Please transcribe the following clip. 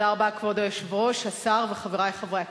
כבוד היושב-ראש, השר, חברי חברי הכנסת,